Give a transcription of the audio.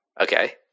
Okay